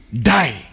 die